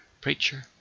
Preacher